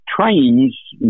trains